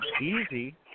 easy